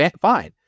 fine